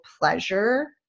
pleasure